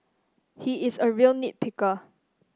he is a real nit picker